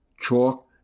chalk